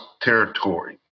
Territory